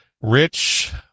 Rich